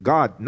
God